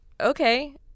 okay